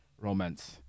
romance